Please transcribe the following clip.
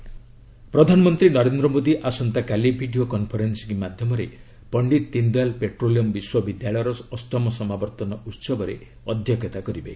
PM Deendayal university ପ୍ରଧାନମନ୍ତ୍ରୀ ନରେନ୍ଦ୍ର ମୋଦି ଆସନ୍ତାକାଲି video conferencing ମାଧ୍ୟମରେ ପଶ୍ଚିତ ଦୀନ୍ଦୟାଲ୍ ପେଟ୍ରୋଲିୟମ୍ ବିଶ୍ୱବିଦ୍ୟାଳୟର ଅଷ୍ଟମ ସମାବର୍ତ୍ତନ ଉତ୍ସବରେ ଅଧ୍ୟକ୍ଷତା କରିବେ